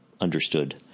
understood